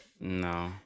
No